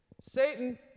Satan